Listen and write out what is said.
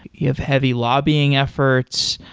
you have heavy lobbying efforts.